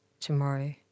Tomorrow